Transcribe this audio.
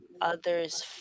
others